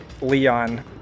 Leon